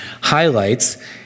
highlights